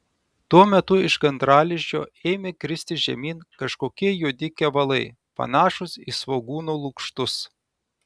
tuo metu iš gandralizdžio ėmė kristi žemyn kažkokie juodi kevalai panašūs į svogūno lukštus